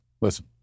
Listen